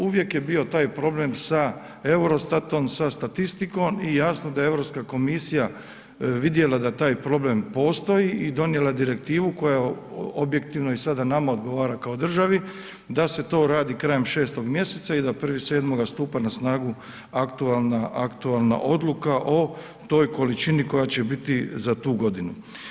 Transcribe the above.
Uvijek je bio taj problem sa EUROSTAT-om, sa statistikom i jasno da je Europska komisija vidjela da taj problem postoji i donijela direktivu koja objektivno i sada nama odgovara kao državi da se to radi krajem 6. mjeseca i da 1.7. stupa na snagu aktualna odluka o toj količini koja će biti za tu godinu.